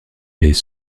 paix